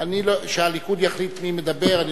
שהליכוד יחליט מי מדבר.